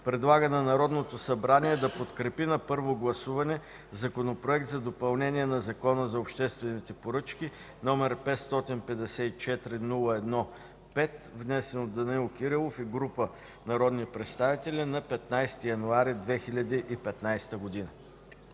предлага на Народното събрание да подкрепи на първо гласуване Законопроект за допълнение на Закона за обществените поръчки, № 554-01-5, внесен от Данаил Кирилов и група народни представители на 15 януари 2015 г.”